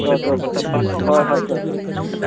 ꯆꯣ ꯆꯣ ꯆꯣ ꯍꯣꯏ ꯍꯣꯏ ꯆꯣ ꯆꯣ ꯆꯣ ꯎꯝ ꯎꯝ